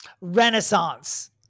renaissance